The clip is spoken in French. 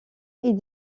est